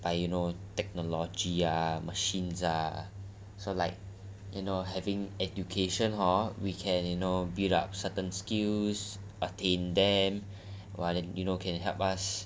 but you know technology ah machines ah so like you know having education hor we can you know build up certain skills I think that